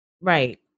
right